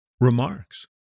remarks